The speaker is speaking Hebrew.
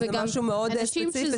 שזה משהו מאוד ספציפי,